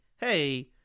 hey